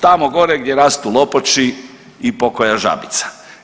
Tamo gore gdje rastu lopoči i pokoja žabica.